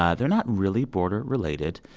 ah they're not really border related.